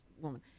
woman